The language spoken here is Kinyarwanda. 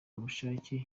ubushake